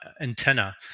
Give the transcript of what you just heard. antenna